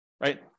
right